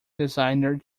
designer